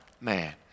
man